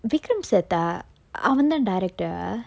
vikram seth ah அவன் தான்:avan than director ah